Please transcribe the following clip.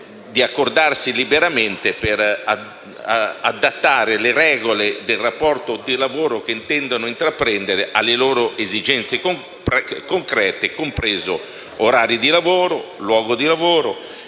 di accordarsi liberamente per adattare le regole del rapporto di lavoro che intendono intraprendere alle loro esigenze concrete, compresi orari e luoghi di lavoro,